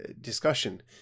discussion